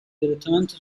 direttamente